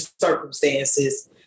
circumstances